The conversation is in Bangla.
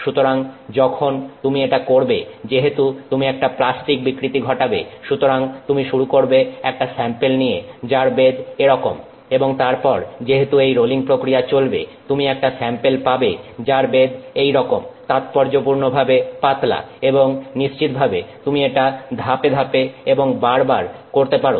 সুতরাং যখন তুমি এটা করবে যেহেতু তুমি একটা প্লাস্টিক বিকৃতি ঘটাবে সুতরাং তুমি শুরু করবে একটা স্যাম্পেল নিয়ে যার বেধ এরকম এবং তারপর যেহেতু এই রোলিং প্রক্রিয়া চলবে তুমি একটা স্যাম্পেল পাবে যার বেধ এইরকম তাৎপর্যপূর্ণভাবে পাতলা এবং নিশ্চিতভাবে তুমি এটা ধাপে ধাপে এবং বারবার এটা করতে পারো